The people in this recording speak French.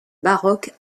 baroque